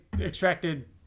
extracted